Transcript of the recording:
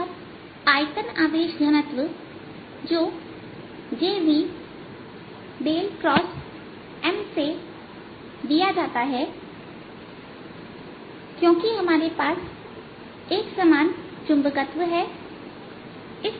और आयतन आवेश घनत्व जो jv× Mसे दिया जाता है क्योंकि हमारे पास एक समान चुंबकत्व है